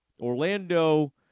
Orlando